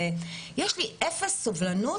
זה יש לי אפס סובלנות,